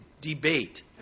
debate